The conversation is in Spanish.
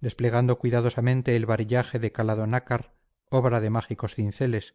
desplegando cuidadosamente el varillaje de calado nácar obra de mágicos cinceles